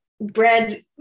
bread